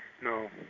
No